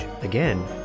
Again